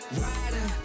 rider